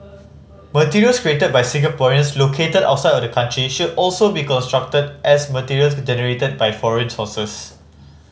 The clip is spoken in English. materials created by Singaporeans located outside of the country should also be construed as material generated by foreign sources